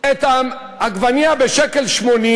את העגבנייה 1.80 שקל,